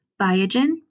Biogen